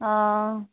অ